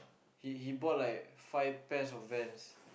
he he bought like five pairs of Vans